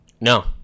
No